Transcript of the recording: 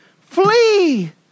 Flee